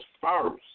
first